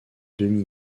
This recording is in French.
demi